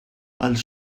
els